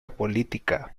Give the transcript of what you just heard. política